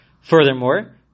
Furthermore